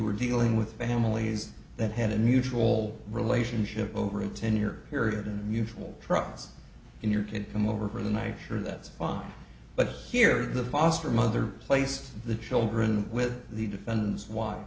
were dealing with families that had a mutual relationship over a ten year period and mutual trust in your kid come over for the night for that's fine but here the foster mother placed the children with the defendants